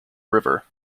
river